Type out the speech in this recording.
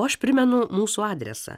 o aš primenu mūsų adresą